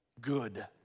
Good